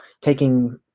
taking